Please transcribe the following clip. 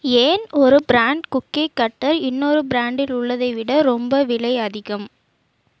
ஏன் ஒரு brand cookie cutter இன்னொரு பிராண்டில் உள்ளதை விட ரொம்ப விலை அதிகம்